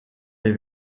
des